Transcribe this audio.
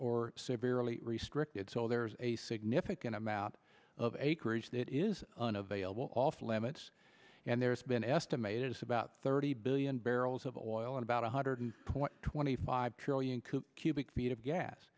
or severely restricted so there's a significant amount of acreage that is unavailable off limits and there's been estimated is about thirty billion barrels of oil and about one hundred twenty five trillion cool cubic feet of gas